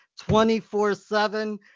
24-7